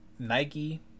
Nike